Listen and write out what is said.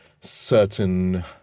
certain